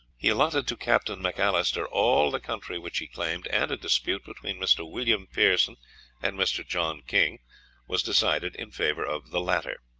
he allotted to captain macalister all the country which he claimed, and a dispute between mr. william pearson and mr. john king was decided in favour of the latter.